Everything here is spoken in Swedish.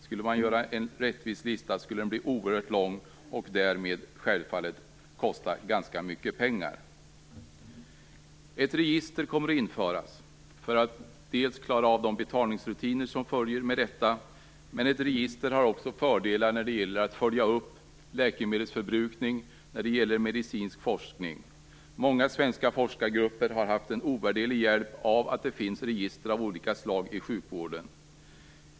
Skulle man göra en rättvis lista, skulle den bli oerhört lång och därmed självfallet kosta ganska mycket pengar. Ett register kommer att införas. Med dess hjälp skall man klara de betalningsrutiner som behövs, men ett register har också fördelar när det gäller att följa upp läkemedelsförbrukning och medicinsk forskning. Många svenska forskargrupper har haft en ovärderlig hjälp av att det finns register av olika slag i sjukvården.